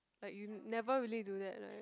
like you never really do that right